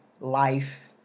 life